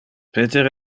peter